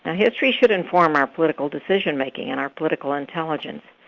ah history should inform our political decision-making and our political intelligence.